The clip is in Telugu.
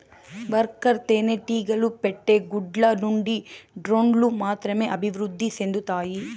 వర్కర్ తేనెటీగలు పెట్టే గుడ్ల నుండి డ్రోన్లు మాత్రమే అభివృద్ధి సెందుతాయి